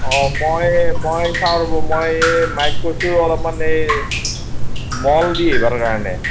অ মই মই চাওঁ ৰ'ব মই মাইক কৈছোঁ অলপমান এই মল দিবৰ কাৰণে